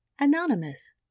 Anonymous